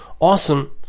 awesome